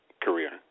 career